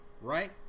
right